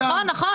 נכון.